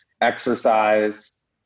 exercise